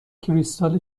کریستال